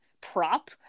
prop